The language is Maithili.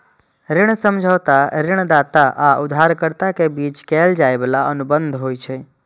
ऋण समझौता ऋणदाता आ उधारकर्ता के बीच कैल जाइ बला अनुबंध होइ छै